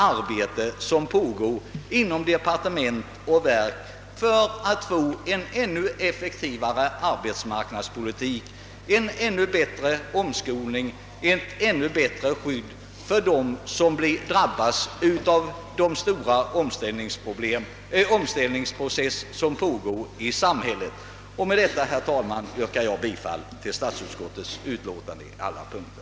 Arbete pågår inom departement och verk för att få en ännu effektivare arbetsmarknadspolitik, ännu bättre omskolningsverksamhet och ett ännu bättre skydd för dem som drabbas av de stora omställningsprocesser som pågår i samhället. Med detta, herr talman, ber jag att få yrka bifall till utskottets hemställan i alla punkter.